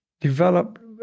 develop